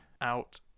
out